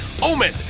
Omen